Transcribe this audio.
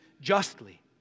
justly